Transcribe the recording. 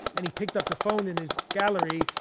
and he picked up the phone in his gallery.